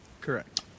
Correct